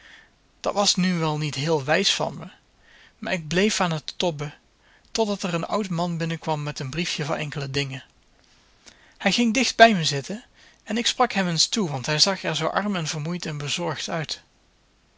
dat was nu wel niet heel wijs van me maar ik bleef aan het tobben totdat er een oud man binnenkwam met een briefje voor enkele dingen hij ging dicht bij me zitten en ik sprak hem eens toe want hij zag er zoo arm en vermoeid en bezorgd uit